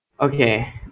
Okay